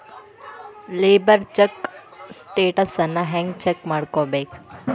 Labour check ಸ್ಟೆಟಸನ್ನ ಹೆಂಗ್ check ಮಾಡ್ಕೊಬೇಕ್?